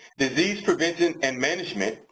disease prevention and management,